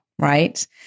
right